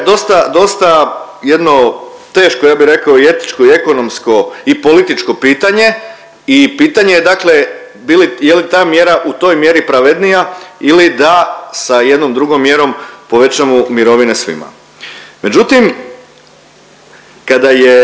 dosta jedno teško ja bih rekao i etičko i ekonomsko ii političko pitanje i pitanje je dakle bi li, je li ta mjera u toj mjeri pravednija ili da sa jednom drugom mjerom povećamo mirovine svima. Međutim, kada je